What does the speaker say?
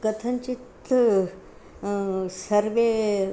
कथञ्चित् सर्वे